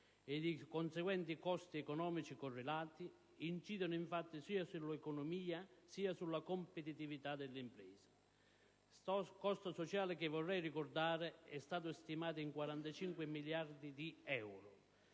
i conseguenti costi economici correlati incidono infatti sia sull'economia, sia sulla competitività delle imprese. Costo sociale che, vorrei ricordare, è stato stimato in 45 miliardi di euro